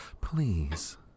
Please